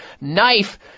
knife